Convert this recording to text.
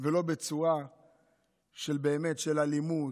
ולא בצורה של אלימות,